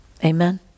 Amen